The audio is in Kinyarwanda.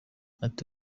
ati